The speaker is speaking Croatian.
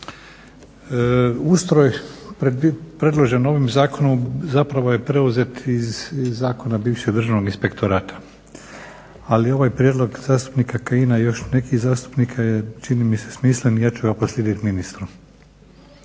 Ustroj predložen ovim zakonom zapravo je preuzet iz Zakona bivšeg državnog inspektorata ali ovaj prijedlog zastupnika Kajina i još nekih zastupnika je čini mi se smislen i ja ću ga proslijedit ministru.